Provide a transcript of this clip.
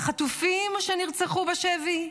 לחטופים שנרצחו בשבי?